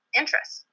interest